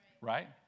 Right